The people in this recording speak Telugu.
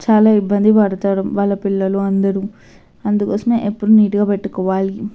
చాలా ఇబ్బంది పడతారు వాళ్ళ పిల్లలు అందరూ అందుకోసమే ఎప్పుడు నీట్గా పెట్టుకోవాలి